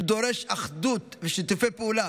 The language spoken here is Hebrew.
הוא דורש אחדות ושיתופי פעולה,